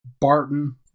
Barton